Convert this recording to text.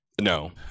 No